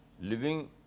living